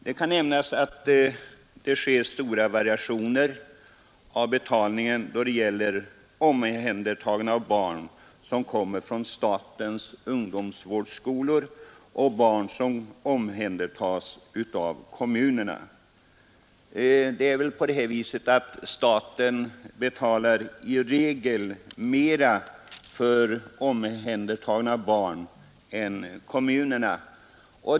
Det kan nämnas att det är stora variationer i betalningen för barn som kommer från statens ungdomsvårdsskolor och för barn som har omhändertagits av kommunerna. Staten betalar i regel mer för omhändertagna barn än kommunerna.